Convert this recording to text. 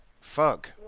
Fuck